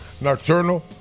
Nocturnal